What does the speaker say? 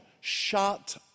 shut